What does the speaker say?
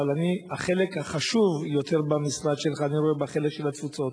אבל את החלק החשוב יותר במשרד שלך אני רואה בחלק של התפוצות.